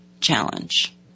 challenge